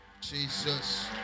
Jesus